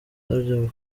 yasabye